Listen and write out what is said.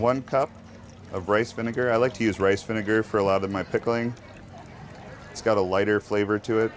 one cup of rice vinegar i like to use rice vinegar for a lot of my pickling it's got a lighter flavor to it